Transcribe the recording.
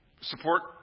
support